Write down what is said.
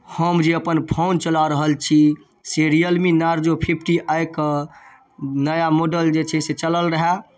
हम जे अपन फोन चला रहल छी से रियल मी नार्जो फिफ्टी आइके नया मोडल जे छै से चलल रहए